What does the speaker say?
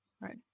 Right